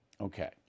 Okay